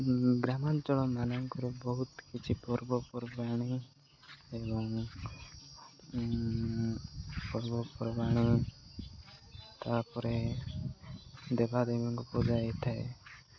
ଗ୍ରାମାଞ୍ଚଳମାନଙ୍କର ବହୁତ କିଛି ପର୍ବପର୍ବାଣି ଏବଂ ପର୍ବପର୍ବାଣି ତା'ପରେ ଦେବାଦେବୀଙ୍କୁ ପୂଜା ହେଇଥାଏ